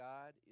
God